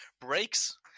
breaks